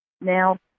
Now